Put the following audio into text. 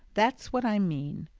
that's what i mean!